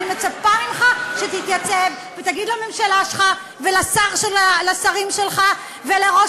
אני מצפה ממך שתתייצב ותגיד לממשלה שלך ולשרים שלך ולראש